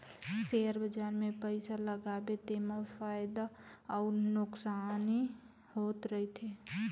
share बजार मे पइसा लगाबे तेमा फएदा अउ नोसकानी होत रहथे